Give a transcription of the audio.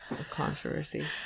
Controversy